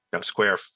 square